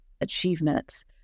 achievements